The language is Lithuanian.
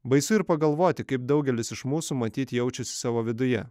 baisu ir pagalvoti kaip daugelis iš mūsų matyt jaučiasi savo viduje